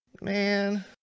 Man